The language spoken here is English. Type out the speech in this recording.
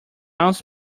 also